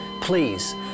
Please